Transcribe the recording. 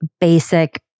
basic